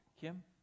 Kim